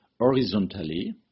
horizontally